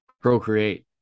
procreate